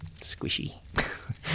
squishy